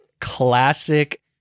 classic